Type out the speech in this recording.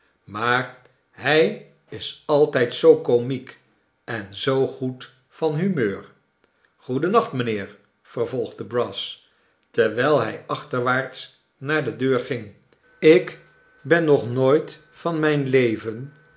maar hij is altijd zoo komiek en zoo goed van humeur goeden nacht mijnheer vervolgde brass terwijl hij achterwaarts naar de deur ging ik ben nog nooit van mijn leven